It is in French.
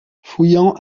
fouillant